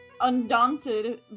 undaunted